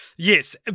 Yes